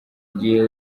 gihe